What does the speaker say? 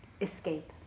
escape